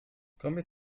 kombis